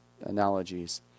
analogies